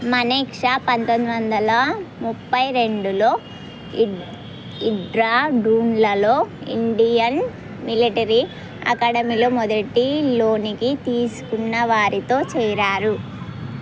మానేక్షా పంతందొందల ముప్పై రెండులో ఇ ఇగ్రాడ్రున్లలో ఇండియన్ మిలిటరీ అకాడమీలో మొదటిలోనికి తీసుకున్నవారితో చేరారు